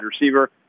receiver